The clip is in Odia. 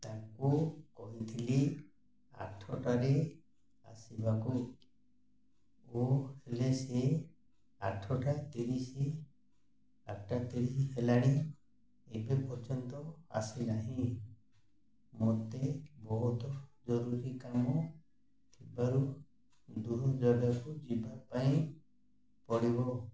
ତାଙ୍କୁ କହିଥିଲି ଆଠଟାରେ ଆସିବାକୁ ଓ ହେଲେ ସେ ଆଠଟା ତିରିଶି ଆଠଟା ତିରିଶି ହେଲାଣି ଏବେ ପର୍ଯ୍ୟନ୍ତ ଆସି ନାହିଁ ମୋତେ ବହୁତ ଜରୁରୀ କାମ ଥିବାରୁ ଦୂର ଜାଗାକୁ ଯିବା ପାଇଁ ପଡ଼ିବ